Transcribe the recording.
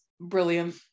brilliant